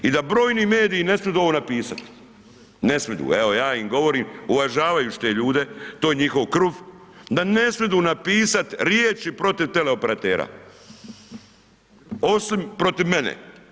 I da brojni mediju ne smidu ovo napisat, ne smidu, evo ja im govorim uvažavajući te ljude, to je njihov kruh, da ne smidu napisat riječi protiv teleoperatera, osim protiv mene.